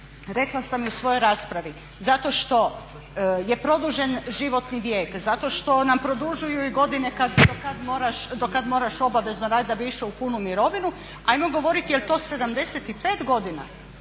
rekla sam i u svojoj raspravi zato što je produžen životni vijek, zato što nam produžuju i godine do kada moraš obavezno raditi da bi išao u punu mirovinu, ajmo govoriti je li to 75 godina.